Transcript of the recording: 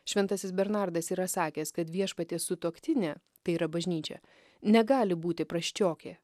šventasis bernardas yra sakęs kad viešpaties sutuoktinė tai yra bažnyčia negali būti prasčiokė